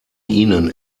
ihnen